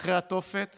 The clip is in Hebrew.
אחרי התופת